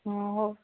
ହଁ ହଉ